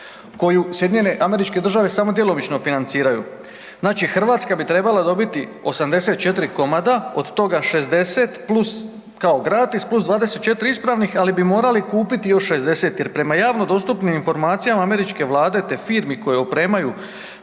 koju SAD samo djelomično financiraju. Znači, Hrvatska bi trebala dobiti 84 komada od toga 60 plus kao gratis plus 24 ispravnih ali bi morali kupiti još 60, jer prema javno dostupnim informacijama američke vlade te firmi koje opremaju,